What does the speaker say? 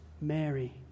Mary